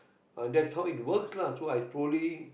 uh that's how it works lah so I slowly